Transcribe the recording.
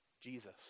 Jesus